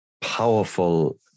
powerful